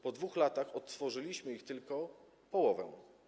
Po 2 latach odtworzyliśmy ich tylko połowę.